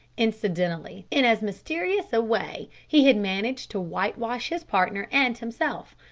incidentally, in as mysterious a way he had managed to whitewash his partner and himself,